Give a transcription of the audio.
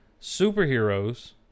Superheroes